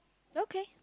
okay